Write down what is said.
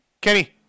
Kenny